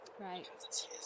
Right